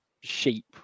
sheep